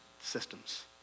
Systems